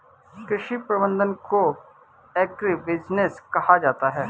कृषि प्रबंधन को एग्रीबिजनेस कहा जाता है